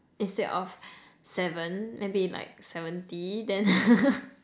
instead of seven maybe like seventy then